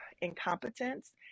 incompetence